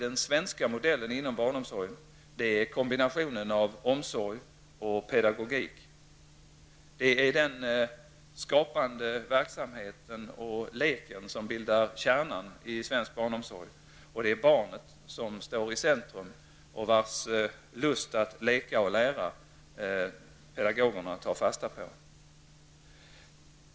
Den svenska modellen inom barnomsorgen utgörs framför allt av kombinationen av omsorg och pedagogik. Den skapande verksamheten och leken bildar kärnan i svensk barnomsorg. Barnet står i centrum, och pedagogerna tar fasta på barnets lust att leka och lära.